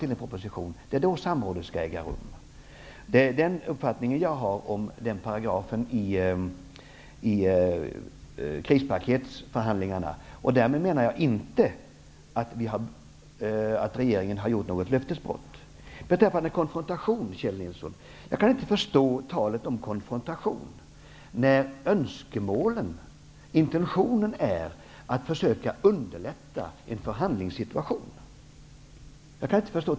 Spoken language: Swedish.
Det är då samrådet skall äga rum. Det är den uppfattning jag har om den paragrafen i krispaketsförhandlingarna. Därmed menar jag att regeringen inte har gjort något löftesbrott. Sedan, Kjell Nilsson, kan jag inte förstå talet om konfrontation, när intentionen är att försöka underlätta förhandlingar.